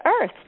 Earth